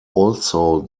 also